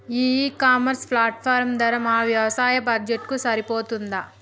ఈ e commerce platform ధర మా వ్యవసాయ బడ్జెట్ కు సరిపోతుందా?